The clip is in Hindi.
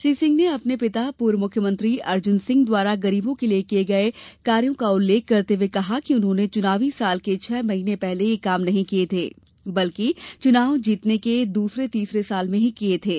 श्री सिंह ने अपने पिता पूर्व मुख्यमंत्री अर्जुन सिंह द्वारा गरीबों के लिए किए गए कामों का उल्लेख करते हुए कहा कि उन्होंने चुनावी साल के छह महीने पहले यह काम नहीं किए थे बल्कि चुनाव जीतने के दूसरे तीसरे साल में ही किए थे